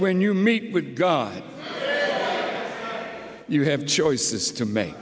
when you meet with god you have choices to make